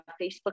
Facebook